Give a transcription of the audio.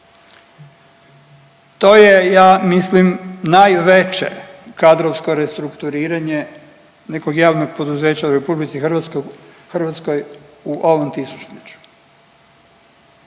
Ja mislim najveće kadrovsko restrukturiranje nekog javnog poduzeća u Republici Hrvatskoj u ovom tisućljeću